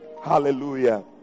hallelujah